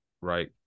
Right